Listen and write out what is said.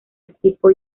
equipo